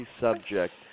subject